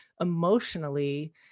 emotionally